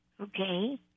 Okay